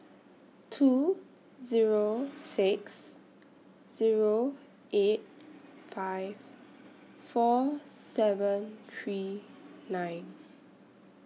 two Zero six Zero eight five four seven three nine